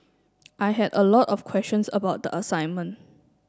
I had a lot of questions about the assignment